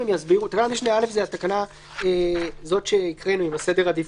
תקנת משנה (א) זו התקנה שקראנו עם סדר העדיפות.